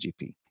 gp